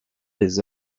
les